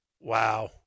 Wow